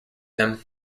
them